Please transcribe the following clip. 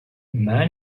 man